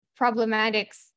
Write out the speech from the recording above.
problematics